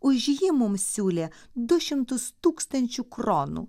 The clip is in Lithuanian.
už jį mums siūlė du šimtus tūkstančių kronų